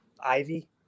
Ivy